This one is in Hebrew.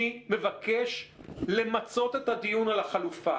אני מבקש למצות את הדיון על החלופה.